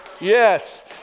Yes